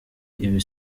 ibi